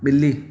बि॒ली